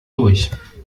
durch